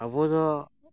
ᱟᱵᱚ ᱫᱚ